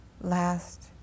last